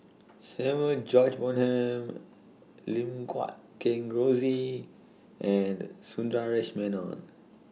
Samuel George Bonham Lim Guat Kheng Rosie and Sundaresh Menon